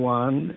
one